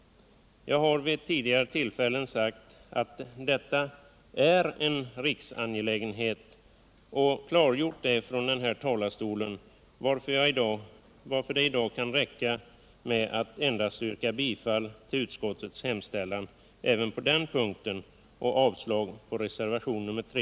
Jag har vid tidigare tillfällen sagt att detta är en riksangelägenhet och har klargjort det från denna talarstol, varför det i dag kan räcka med att endast yrka bifall till utskottets hemställan även på den punkten och avslag på reservationen 3. Herr talman!